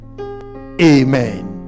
amen